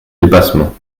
dépassement